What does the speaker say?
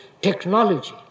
technology